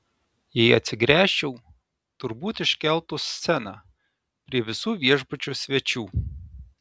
jei atsigręžčiau turbūt iškeltų sceną prie visų viešbučio svečių